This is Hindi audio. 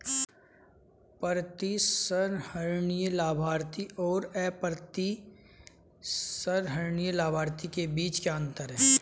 प्रतिसंहरणीय लाभार्थी और अप्रतिसंहरणीय लाभार्थी के बीच क्या अंतर है?